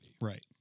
right